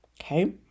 Okay